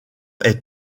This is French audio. est